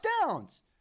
touchdowns